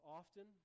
often